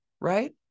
right